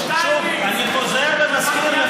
אני חוזר ומזכיר לך,